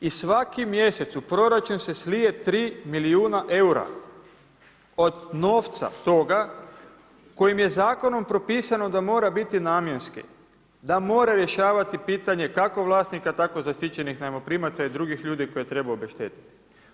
I svaki mjesec u proračun se slije 3 milijuna eura od novca toga kojim je zakonom propisano da mora biti namjenski, da mora rješavati pitanje kako vlasnika tako zaštićenih najmoprimaca i drugih ljudi koje treba obeštetiti.